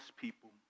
people